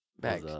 back